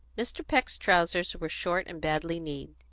mr. peck's trousers were short and badly kneed,